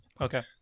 okay